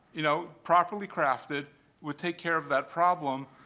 you know, properly crafted would take care of that problem.